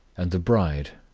and the bride,